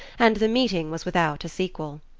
and the meeting was without a sequel.